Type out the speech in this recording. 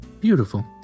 Beautiful